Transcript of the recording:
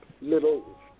little